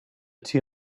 two